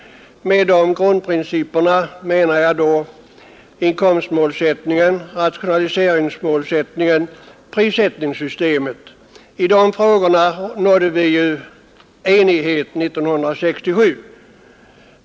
Med de grundprinciperna menar jag då inkomstmålsättningen, rationaliseringsmålsättningen och prissättningssystemet. I de frågorna nådde vi ju enighet 1967.